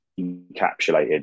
encapsulated